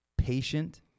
Patient